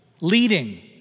leading